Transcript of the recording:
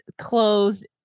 closed